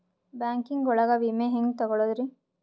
Banking ಒಳಗ ವಿಮೆ ಹೆಂಗ್ ತೊಗೊಳೋದ್ರಿ?